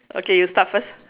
okay you start first